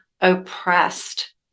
oppressed